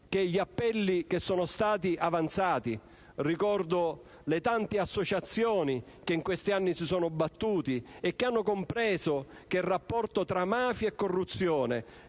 gli appelli che sono stati avanzati: ricordo le tante associazioni che in questi anni si sono battute e che hanno compreso che il rapporto tra mafia e corruzione